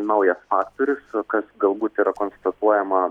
naujas faktorius kas galbūt yra konstatuojama